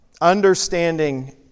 Understanding